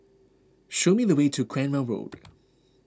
show me the way to Cranwell Road